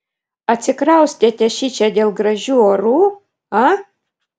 atsikraustėte šičia dėl gražių orų a